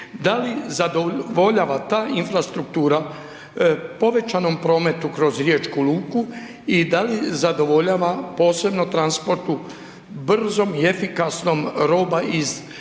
Da li zadovoljava ta infrastruktura povećanom prometu kroz riječku luku i da li zadovoljava posebno transportu brzom i efikasnom roba iz